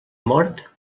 mort